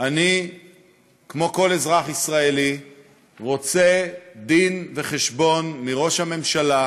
אני כמו כל אזרח ישראלי רוצה דין-וחשבון מראש הממשלה,